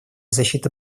защиты